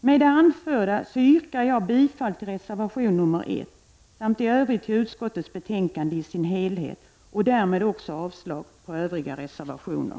Med det anförda yrkar jag bifall till reservation 1 samt i övrigt till hemställan i utskottets betänkande i dess helhet och därmed också avslag på övriga reservationer.